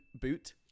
boot